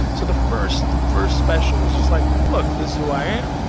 so the first first special was just like, look, this is who i am.